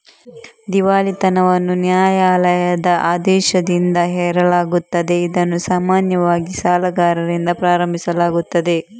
ದಿವಾಳಿತನವನ್ನು ನ್ಯಾಯಾಲಯದ ಆದೇಶದಿಂದ ಹೇರಲಾಗುತ್ತದೆ, ಇದನ್ನು ಸಾಮಾನ್ಯವಾಗಿ ಸಾಲಗಾರರಿಂದ ಪ್ರಾರಂಭಿಸಲಾಗುತ್ತದೆ